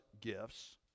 gifts